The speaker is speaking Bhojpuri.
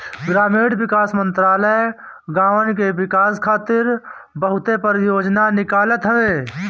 ग्रामीण विकास मंत्रालय गांवन के विकास खातिर बहुते परियोजना निकालत हवे